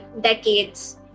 decades